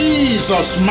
Jesus